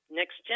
Next